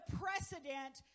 precedent